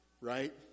Right